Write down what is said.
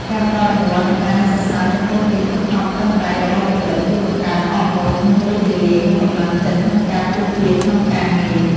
ការផ្តល់រង្វាន់និងការសរសើរចំពោះកិច្ចខិតខំប្រឹងប្រែងរបស់បុគ្គលិក ជួយបង្កើនអរម៉ូនរីករាយនិងកម្លាំងចិត្តក្នុងការពុះពារក្នុងការងារ។